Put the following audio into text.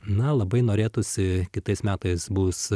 na labai norėtųsi kitais metais bus